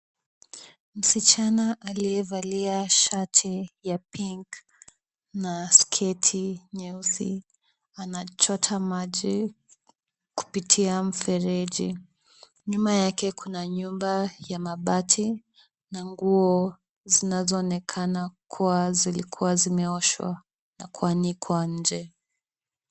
Msichana aliyevalia shati ya pink na sketi nyeusi. Anachota maji kupitia mfereji. Nyuma yake kuna nyumba ya mabati na nguo zinazoonekana kuwa zilikuwa zimeoshwa na kuanikwa nje.